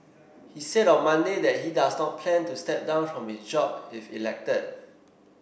he said on Monday that he does not plan to step down from his job if elected